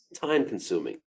time-consuming